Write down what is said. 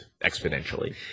exponentially